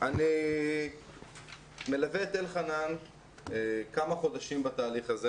אני מלווה את אלחנן כמה חודשים בתהליך הזה.